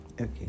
Okay